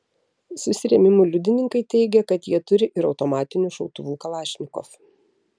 susirėmimų liudininkai teigia kad jie turi ir automatinių šautuvų kalašnikov